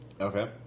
Okay